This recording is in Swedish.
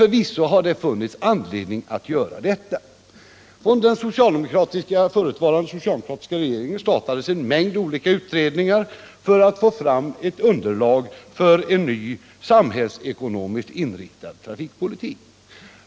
Förvisso har det funnits anledning därtill. Under den förutvarande socialdemokratiska regeringen startades en mängd utredningar för att få fram underlag för en ny samhällsekonomiskt inriktad trafikpolitik.